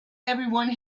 everyone